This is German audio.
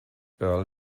earl